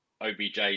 OBJ